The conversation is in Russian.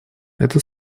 это